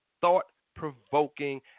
thought-provoking